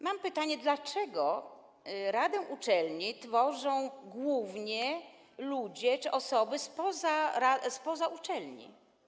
Mam pytanie: Dlaczego radę uczelni tworzą głównie ludzie czy osoby spoza uczelni?